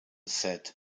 said